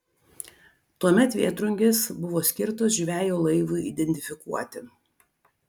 tuomet vėtrungės buvo skirtos žvejo laivui identifikuoti